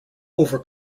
over